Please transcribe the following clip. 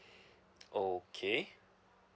okay